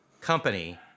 company